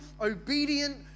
obedient